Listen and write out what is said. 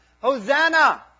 Hosanna